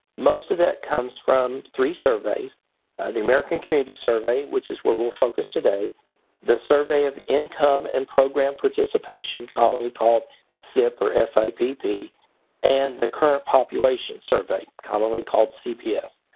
most of that comes from three surveys the american community survey, which is where we'll focus today the survey of income and program participation, commonly called sipp, or s i p p and the current population survey, commonly called cps.